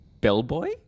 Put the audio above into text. bellboy